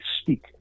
speak